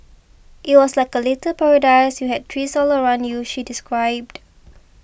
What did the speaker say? it was like a little paradise you had trees all around you she described